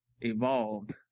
evolved